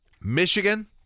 Michigan